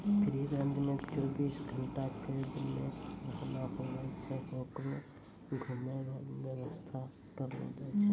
free range मे चौबीस घंटा कैद नै रहना हुवै छै होकरो घुमै रो वेवस्था करलो जाय छै